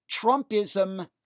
Trumpism